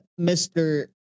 Mr